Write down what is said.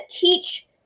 teach